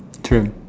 tram